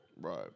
Right